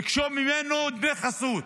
ביקשו ממנו דמי חסות,